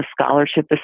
scholarship